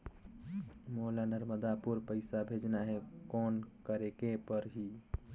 मोला नर्मदापुर पइसा भेजना हैं, कौन करेके परही?